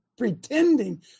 Pretending